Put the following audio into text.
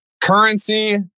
currency